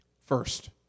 First